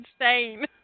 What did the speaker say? insane